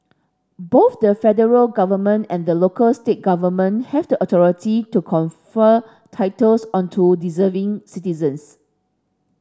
both the federal government and the local state government have the authority to confer titles onto deserving citizens